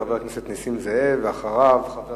חבר הכנסת נסים זאב, ואחריו, חבר